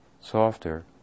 softer